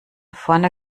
vorne